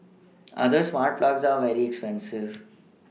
other smart plugs are very expensive